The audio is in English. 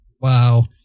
Wow